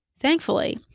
thankfully